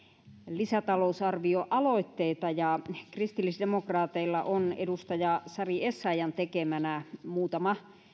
lisätalousarvioaloitteita kristillisdemokraateilla on edustaja sari essayahn tekemänä muutama